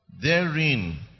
therein